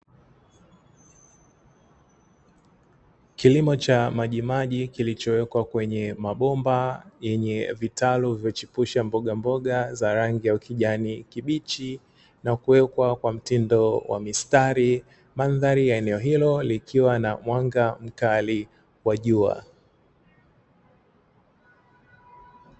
kilimo cha majimaji kilichowekwa kwenye mabomba yenye vitalu vilivyo chipusha mboga mboga za rangi ya kijani kibichi na kuwekwa kwa mtindo wa mistari, mandhari ya eneo hilo likiwa na mwanga mkali wa jua.